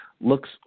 looks